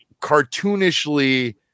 cartoonishly